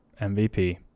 MVP